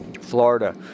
Florida